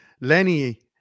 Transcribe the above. Lenny